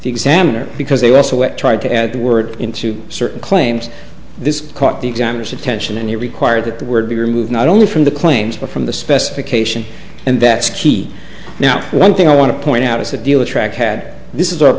the examiner because they also went tried to add the word in to certain claims this caught the examiners attention and it required that the word be removed not only from the claims but from the specification and that's key now one thing i want to point out is the deal the track had this is